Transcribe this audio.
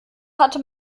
hatte